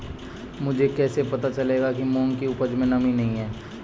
मुझे कैसे पता चलेगा कि मूंग की उपज में नमी नहीं है?